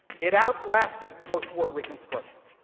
it outlasted post-war reconstruction.